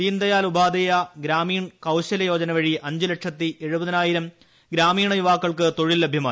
ദീൻ ദയാൽ ഉപാധ്യായ ഗ്രാമീൺ കൌശല്യ യോജന വഴി അഞ്ചു ലക്ഷത്തി എഴുപതിനായിരം ഗ്രാമീണ യുവാക്കൾക്ക് തൊഴിൽ ലഭ്യമായി